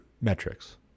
metrics